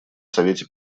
совете